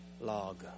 log